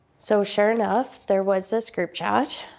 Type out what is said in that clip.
so sure enough, there was this group chat,